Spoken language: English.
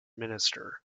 minister